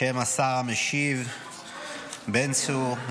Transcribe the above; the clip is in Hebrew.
בשם השר המשיב בן צור,